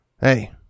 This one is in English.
Hey